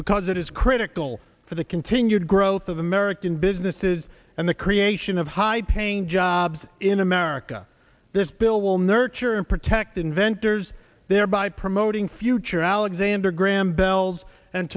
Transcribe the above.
because it is critical for the continued growth of american businesses and the creation of high paying jobs in america this bill will nurture and protect inventors thereby promoting future alexander graham bell's and